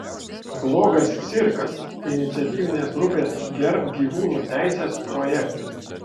blogas cirkas iniciatyvinės grupės gerbk gyvūnų teises projektas